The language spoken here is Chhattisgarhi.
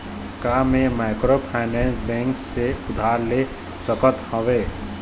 का मैं माइक्रोफाइनेंस बैंक से उधार ले सकत हावे?